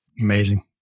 Amazing